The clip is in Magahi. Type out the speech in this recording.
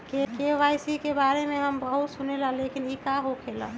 के.वाई.सी के बारे में हम बहुत सुनीले लेकिन इ का होखेला?